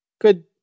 Good